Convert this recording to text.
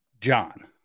John